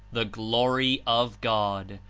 the glory of god,